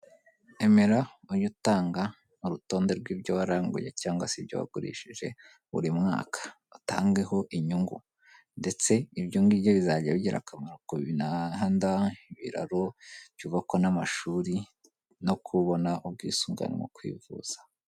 Emera ujye utanga urutonde rw'ibyo waranguye cyangwa se ibyo wagurishijje buri mwaka; utangeho inyungu ndetse ibyo ngibyo bizajya bigira akamaro ku mihanda, ibiraro byubakwa n'amashuri, no kubona ubwisungane mu kwivuza.